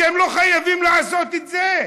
אתם לא חייבים לעשות את זה.